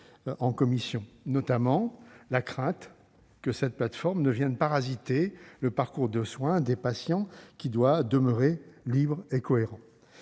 en commission. Je redoute notamment que cette plateforme ne vienne parasiter le parcours de soins des patients, lequel doit demeurer lisible et cohérent.